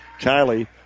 Kylie